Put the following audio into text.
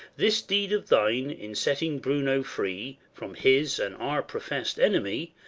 this deed of thine, in setting bruno free from his and our professed enemy,